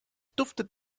duftet